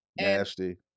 Nasty